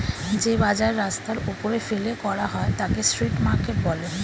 যে বাজার রাস্তার ওপরে ফেলে করা হয় তাকে স্ট্রিট মার্কেট বলে